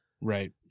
Right